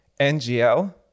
NGL